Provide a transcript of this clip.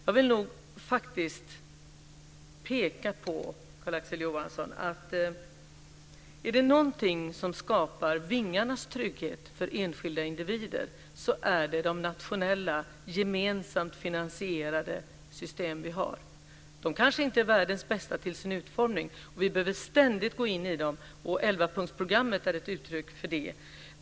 Jag vill påpeka, Carl-Axel Johansson, att är det någonting som skapar vingarnas trygghet för enskilda individer så är det de nationella gemensamt finansierade system som vi har. De kanske inte är världens bästa till sin utformning, och vi behöver ständigt gå in i dem - 11-punktsprogrammet är ett uttryck för det.